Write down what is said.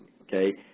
Okay